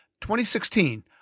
2016